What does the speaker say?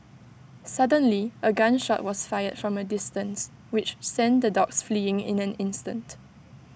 suddenly A gun shot was fired from A distance which sent the dogs fleeing in an instant